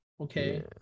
okay